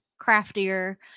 craftier